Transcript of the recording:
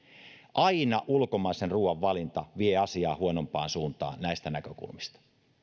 aina ulkomaisen ruuan valinta vie asiaa huonompaan suuntaan näistä näkökulmista